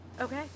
Okay